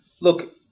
look